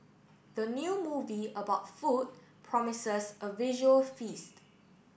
the new movie about food promises a visual feast